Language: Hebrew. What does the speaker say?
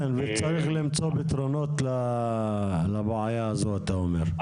כן, וצריך למצוא פתרונות לבעיה הזו, אתה אומר.